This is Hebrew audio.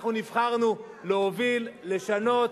אנחנו נבחרנו להוביל, לשנות,